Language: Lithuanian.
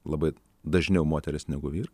labai dažniau moterys negu vyrai